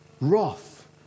wrath